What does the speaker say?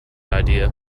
idea